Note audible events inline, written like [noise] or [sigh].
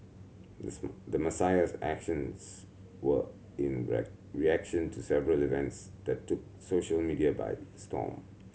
the Messiah's actions were in [unintelligible] reaction to several events that took social media by storm